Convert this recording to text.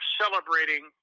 celebrating